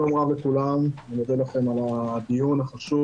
שלום לכולם, אני מודה לכם על הדיון החשוב